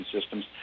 systems